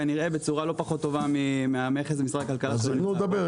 כנראה בצורה לא פחות טובה מהמכס ומשרד הכלכלה שלא נמצא פה.